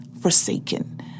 forsaken